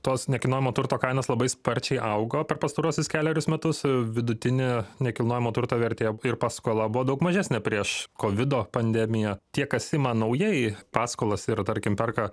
tos nekilnojamo turto kainos labai sparčiai augo per pastaruosius kelerius metus vidutinė nekilnojamo turto vertė ir paskola buvo daug mažesnė prieš kovido pandemiją tie kas ima naujai paskolas ir tarkim perka